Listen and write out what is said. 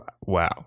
wow